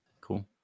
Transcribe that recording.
Cool